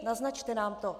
Naznačte nám to.